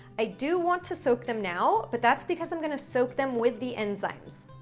i do want to soak them now, but that's because i'm gonna soak them with the enzymes.